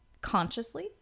consciously